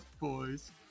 boys